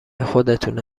خودتونه